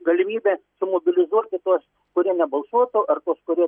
galimybė sumobilizuoti tuos kurie nebalsuotų ar tuos kurie